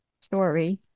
story